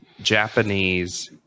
Japanese